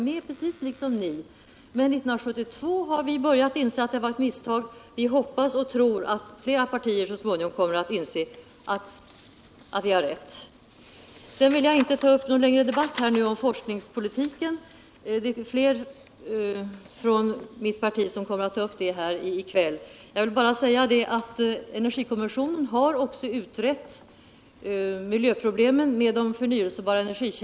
Men 1972 började vi som sagt inse alt det var ett misstag. Vi hoppas och tror att flera partier så småningom kommer att inse att vi har rätt. Jag vill inte nu ta upp någon längre debatt om forskningspolitiken. Det är andra från mitt parti som kommer att ta upp den frågan här i kväll. Jag vill bara säga att energikommissionen också har utrett miljöproblemen med de förnyelsebara energikällorna.